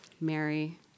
Mary